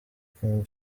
king